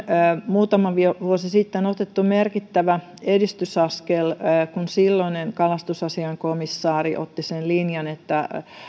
muutama vuosi sitten otettu merkittävä edistysaskel kun silloinen kalastusasiainkomissaari otti sen linjan että